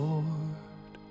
Lord